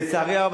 לצערי הרב,